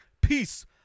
Peace